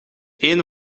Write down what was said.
één